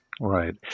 Right